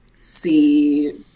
see